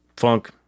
funk